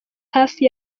hafi